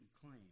claim